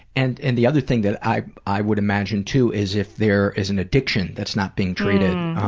and and the other thing that i i would imagine too is if there is an addiction that's not being treated.